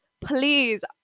please